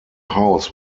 house